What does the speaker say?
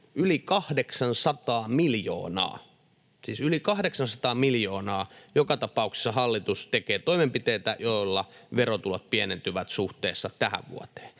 yli 800 miljoonaa joka tapauksessa hallitus tekee toimenpiteitä, joilla verotulot pienentyvät suhteessa tähän vuoteen.